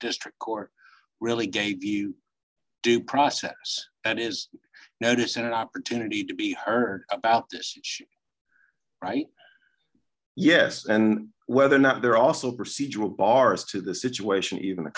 district court really gave you due process and is notice and an opportunity to be heard about this right yes and whether or not they're also procedural bar as to the situation even